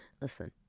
Listen